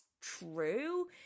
true